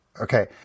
Okay